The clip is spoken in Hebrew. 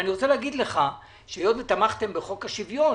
אני רוצה לומר לך שהיות ותמכתם בחוק השוויון,